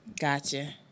Gotcha